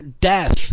Death